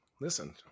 Listen